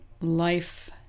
life